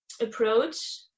approach